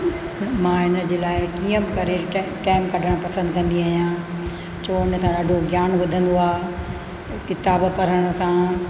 मां इनजे लाइ कीअं बि करे ट टाइम कढण पसंदि कंदी आहियां छो उन खां ॾाढो ज्ञान वधंदो आहे किताब पढ़ण सां